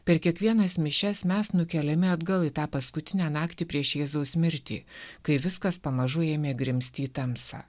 per kiekvienas mišias mes nukeliami atgal į tą paskutinę naktį prieš jėzaus mirtį kai viskas pamažu ėmė grimzti į tamsą